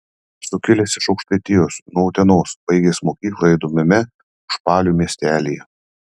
esu kilęs iš aukštaitijos nuo utenos baigęs mokyklą įdomiame užpalių miestelyje